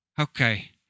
Okay